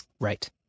Right